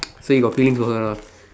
so you have feelings for her ah